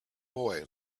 boy